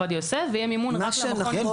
עובדיה יוסף ויהיה מימון רק למכון --- כן,